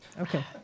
okay